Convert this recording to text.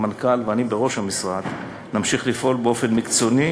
המנכ"ל ואני בראש המשרד נמשיך לפעול באופן מקצועי,